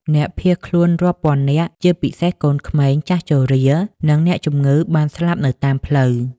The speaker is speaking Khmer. អ្នកភៀសខ្លួនរាប់ពាន់នាក់ ជាពិសេសកូនក្មេង ចាស់ជរា និងអ្នកជំងឺបានស្លាប់នៅតាមផ្លូវ។